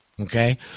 Okay